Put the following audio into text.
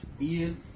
Ian